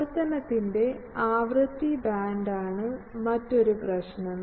പ്രവർത്തനത്തിന്റെ ആവൃത്തി ബാൻഡാണ് മറ്റൊരു പ്രശ്നം